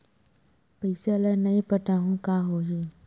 पईसा ल नई पटाहूँ का होही?